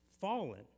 fallen